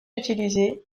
utilisé